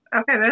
Okay